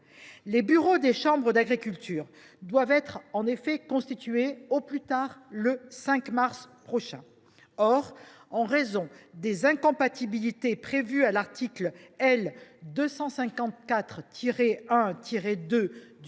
Les bureaux des chambres d’agriculture doivent être constitués au plus tard le 5 mars. Or, en raison des incompatibilités prévues à l’article L. 254 1 2 du